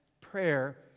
prayer